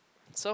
so